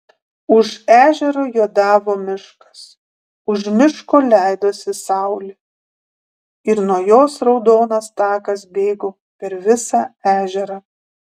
už ežero juodavo miškas už miško leidosi saulė ir nuo jos raudonas takas bėgo per visą ežerą